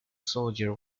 soldier